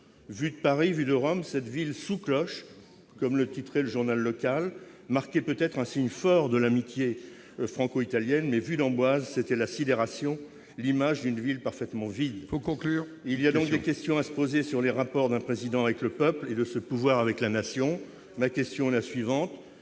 Vu de Paris, vu de Rome, cette ville « sous cloche », comme le titrait le journal local, marquait peut-être un signe fort de l'amitié franco-italienne, mais, vu d'Amboise, c'était la sidération, l'image d'une ville parfaitement vide. Il faut conclure ! Il y a donc des questions à se poser sur les rapports d'un Président avec le peuple et de ce pouvoir avec la nation. Le traitement de la sécurité